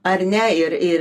ar ne ir ir